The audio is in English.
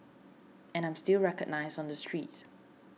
and I'm still recognised on the streets